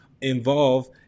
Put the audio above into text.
involve